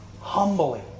humbly